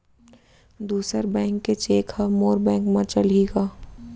दूसर बैंक के चेक ह मोर बैंक म चलही का?